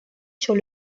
sur